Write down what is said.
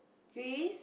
Swiss